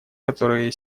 которые